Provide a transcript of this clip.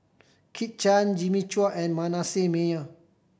Kit Chan Jimmy Chua and Manasseh Meyer